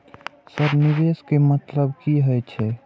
Sir निवेश के मतलब की हे छे?